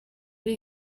ari